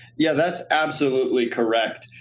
yeah, that's absolutely correct.